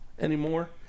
anymore